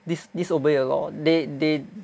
dis~ disobey the law they they